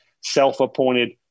self-appointed